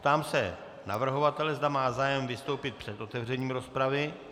Ptám se navrhovatele, zda má zájem vystoupit před otevřením rozpravy.